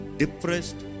depressed